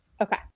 Okay